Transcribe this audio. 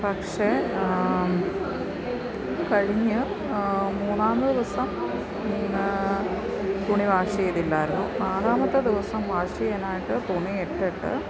പക്ഷേ കഴിഞ്ഞ് മൂന്നാമത് ദിവസം തുണി വാഷ് ചെയ്തില്ലായിരുന്നു നാലാമത്തെ ദിവസം വാഷ് ചെയ്യാനായിട്ട് തുണി ഇട്ടിട്ട്